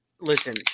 listen